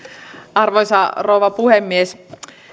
arvoisa rouva puhemies